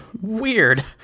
Weird